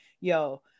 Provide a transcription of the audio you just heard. yo